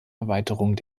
erweiterung